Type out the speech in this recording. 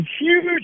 huge